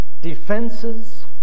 defenses